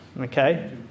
Okay